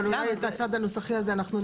אולי את הצד הניסוחי הזה אנחנו נפתור.